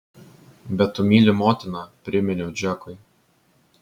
bet tu myli motiną priminiau džekui